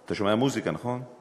אתה שומע מוזיקה, נכון?